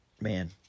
man